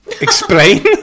Explain